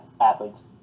athletes